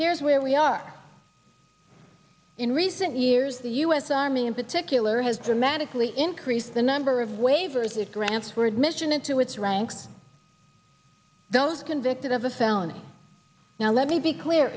here's where we are in recent years the us army in particular has dramatically increased the number of waivers it grants for admission into its ranks of those convicted of a felony now let me be clear